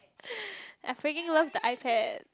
I freaking love the iPad